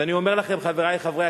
אני אומר לכם, חברי